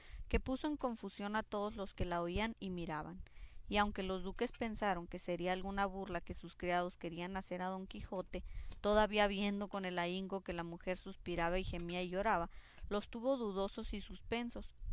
que puso en confusión a todos los que la oían y miraban y aunque los duques pensaron que sería alguna burla que sus criados querían hacer a don quijote todavía viendo con el ahínco que la mujer suspiraba gemía y lloraba los tuvo dudosos y suspensos